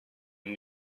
and